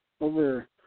over